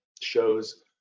shows